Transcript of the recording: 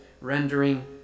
rendering